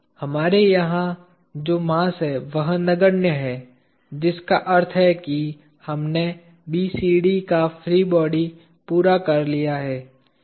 हमारे यहां जो मास है वह नगण्य है जिसका अर्थ है कि हमने BCD का फ्री बॉडी पूरा कर लिया है